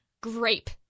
Grape